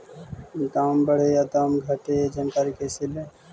दाम बढ़े या दाम घटे ए जानकारी कैसे ले?